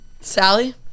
sally